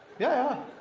yeah.